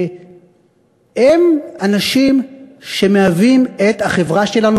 הם אנשים שמהווים את החברה שלנו,